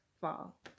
fall